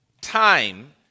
time